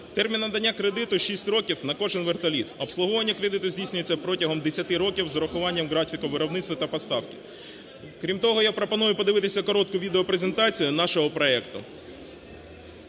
Термін надання кредиту 6 років на кожен вертоліт, обслуговування кредиту здійснюється протягом 10 років з врахуванням графіку виробництва та поставки. Крім того, я пропоную по дивитися коротку відеопрезентацію нашого проекту.